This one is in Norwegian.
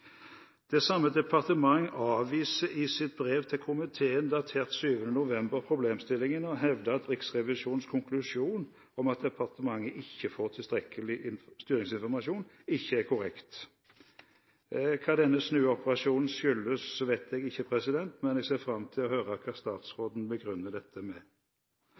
Det samme departement avviser i sitt brev til komiteen datert den 7. november problemstillingen og hevder at Riksrevisjonens konklusjon om at departementet ikke får tilstrekkelig styringsinformasjon, ikke er korrekt. Hva denne snuoperasjonen skyldes, vet jeg ikke, men jeg ser fram til å høre hva statsråden begrunner dette med.